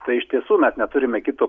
tai iš tiesų mes neturime kito